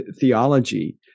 theology